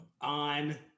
on